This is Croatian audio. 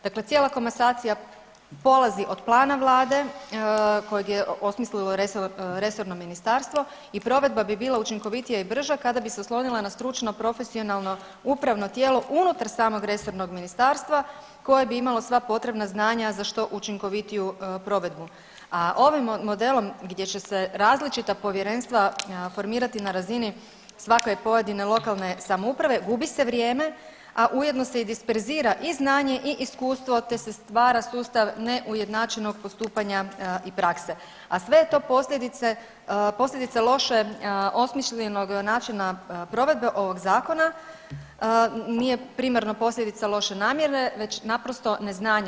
Dakle, cijela komasacija polazi od plana vlade kojeg je osmislilo resorno ministarstvo i provedba bi bila učinkovitija i brža kada bi se oslonila na stručno, profesionalno upravo tijelo unutar samog resornog ministarstva koje bi imalo sva potrebna znanja za što učinkovitiju provedbu, a ovim modelom gdje će se različita povjerenstva formirati na razini svake pojedine lokalne samouprave gubi se vrijeme, a ujedno se i disperzira i znanje i iskustvo, te se stvara sustav neujednačenog postupanja i prakse, a sve je to posljedica loše osmišljenog načina provedbe ovog zakona, nije primarno posljedica loše namjere već naprosto neznanja.